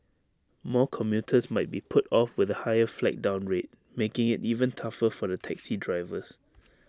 more commuters might be put off with A higher flag down rate making IT even tougher for the taxi drivers